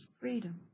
freedom